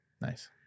Nice